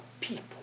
people